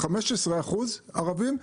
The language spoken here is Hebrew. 15% ערבים,